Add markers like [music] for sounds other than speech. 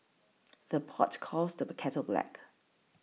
[noise] the pot calls the kettle black